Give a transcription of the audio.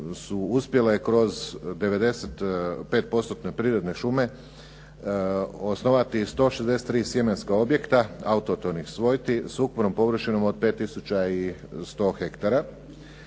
uspjele kroz 95% prirodne šume osnovati 163 sjemenska objekta autohtonih svojti s ukupnom površinom od 5 tisuća 100 hektara.